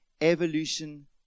Evolution